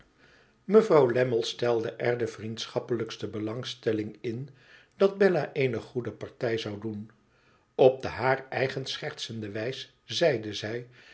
mevrouw lammie stelde er de vriendschappelijkste belangstelling in dat bella eene oede partij zou doen op de haar eigen schertsende wijs zeide zij